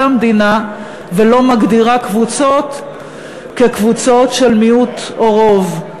המדינה ולא מגדירה קבוצות כקבוצות של מיעוט או רוב.